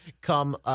come